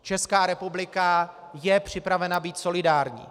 Česká republika je připravena být solidární.